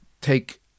take